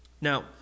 Now